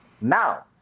Now